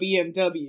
BMW